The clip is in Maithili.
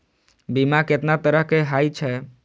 बीमा केतना तरह के हाई छै?